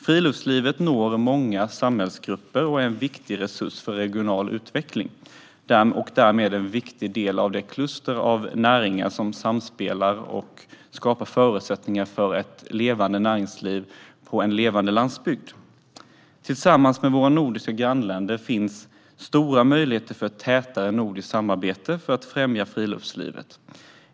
Friluftslivet når många samhällsgrupper och är en viktig resurs för regional utveckling och därmed en viktig del av det kluster av näringar som samspelar och skapar förutsättningar för ett levande näringsliv i en levande landsbygd. Tillsammans med våra nordiska grannländer finns det stora möjligheter för ett tätare nordiskt samarbete för att främja friluftslivet.